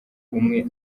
umwe